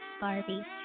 Barbie